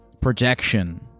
projection